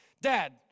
Dad